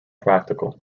practical